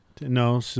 No